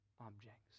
objects